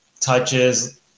touches